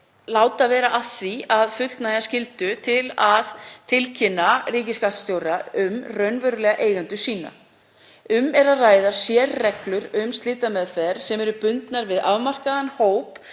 skirrast við að fullnægja skyldu til að tilkynna ríkisskattstjóra um raunverulega eigendur sína. Um er að ræða sérreglur um slitameðferð sem eru bundnar við afmarkaðan hóp